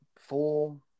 four